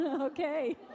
Okay